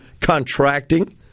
contracting